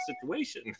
situation